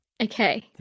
Okay